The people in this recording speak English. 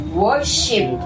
worship